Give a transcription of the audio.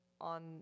on